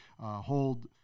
hold